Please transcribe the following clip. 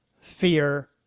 fear